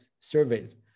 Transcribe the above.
surveys